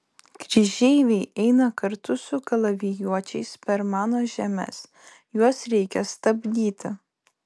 kryžeiviai eina kartu su kalavijuočiais per mano žemes juos reikia stabdyti